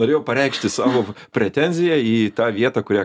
norėjau pareikšti savo pretenziją į tą vietą kurią